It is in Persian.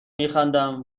میخندم